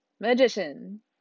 Magician